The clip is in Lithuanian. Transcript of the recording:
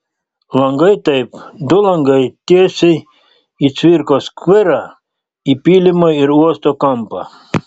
langai taip du langai tiesiai į cvirkos skverą į pylimo ir uosto kampą